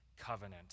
Covenant